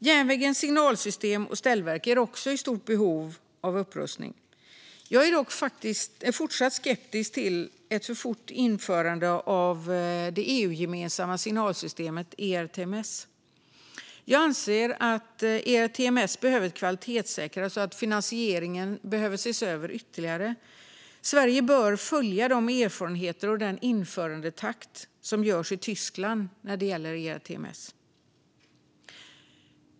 Järnvägens signalsystem och ställverk är också i stort behov av upprustning. Jag är dock fortsatt skeptisk till ett för snabbt införande av det EU-gemensamma signalsystemet ERTMS. Jag anser att ERTMS behöver kvalitetssäkras och att finansieringen behöver ses över ytterligare. Sverige bör följa de erfarenheter och den införandetakt som görs i Tyskland när det gäller ERTMS.